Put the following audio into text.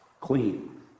clean